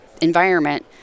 environment